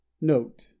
Note